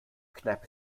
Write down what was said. kneipe